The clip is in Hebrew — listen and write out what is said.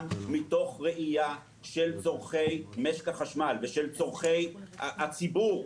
מתוך ראייה של צורכי משק החשמל ושל צורכי הציבור,